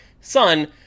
son